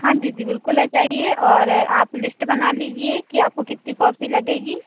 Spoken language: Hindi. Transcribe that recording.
हाँ दीदी बिल्कुल आ जाइए और आप लिस्ट बना लीजिए कि आपको कितनी कॉपी लगेगी